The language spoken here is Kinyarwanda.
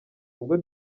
ubwo